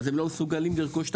הם לא מסוגלים לרכוש את